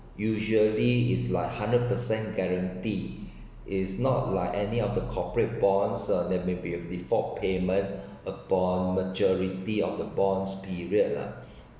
usually is like hundred percent guarantee is not like any of the corporate bonds uh there may be a default payment upon maturity of the bonds period lah